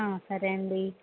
ఆ సరే అండి